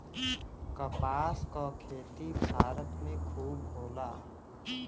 कपास क खेती भारत में खूब होला